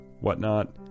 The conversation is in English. whatnot